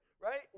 right